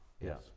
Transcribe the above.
Yes